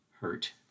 hurt